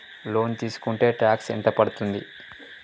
Loan తీస్కుంటే tax ఎంత పడ్తుంది?